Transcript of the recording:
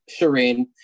Shireen